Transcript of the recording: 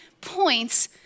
points